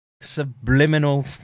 subliminal